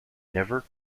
never